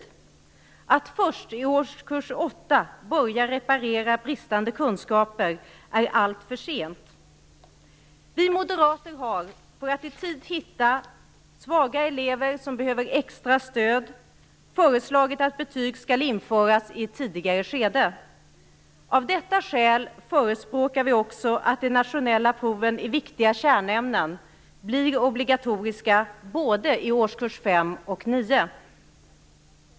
Att först i årskurs 8 börja reparera bristande kunskaper är alltför sent. Vi moderater har, för att i tid hitta svaga elever som behöver extra stöd, föreslagit att betyg skall införas i ett tidigare skede. Av detta skäl förespråkar vi också att de nationella proven i viktiga kärnämnen blir obligatoriska både i årskurs 5 och årskurs 9.